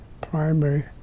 primary